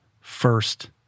first